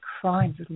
crying